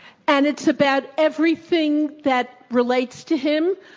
and it's about everything that relates to him?